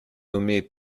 nommée